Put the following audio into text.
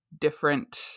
different